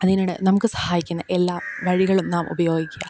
അതിനിടെ നമുക്ക് സഹായിക്കുന്ന എല്ലാ വഴികളും നാം ഉപയോഗിക്കുക